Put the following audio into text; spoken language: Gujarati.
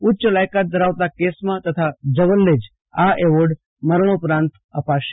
ઉચ્ચ લાયકાત ધરાવતા કેસમાં તથા જવલ્લે જે આ એવોર્ડ મરણોપરાંતી અપાશે